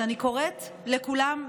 אז אני קוראת לכולם,